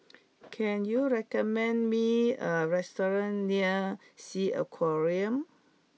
can you recommend me a restaurant near Sea Aquarium